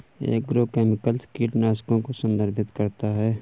agrochemicals कीटनाशकों को संदर्भित करता है